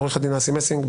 עורך הדין אסי מסינג,